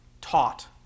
taught